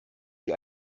die